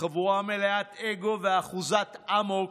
חבורה מלאת אגו ואחוזת אמוק,